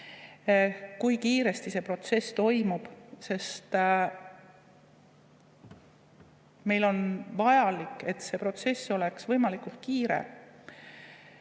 kui kiiresti see protsess toimub. Meile on vajalik, et see protsess oleks võimalikult kiire.